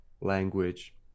language